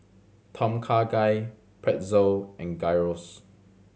Tom Kha Gai Pretzel and Gyros